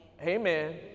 amen